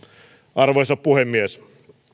arvoisa puhemies